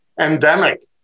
endemic